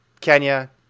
Kenya